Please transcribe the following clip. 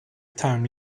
time